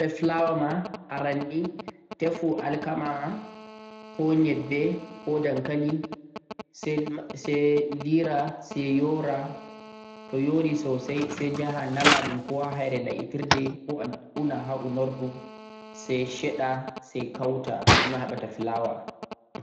Ta'ayiɗe awaɗa flawa maa, arannii tefu alkama sai leera yuura, toh yuuri sosai sai nama ɗegga ha la'etirde koh unordu sai sheɗa sai kauta.